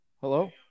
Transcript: Hello